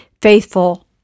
faithful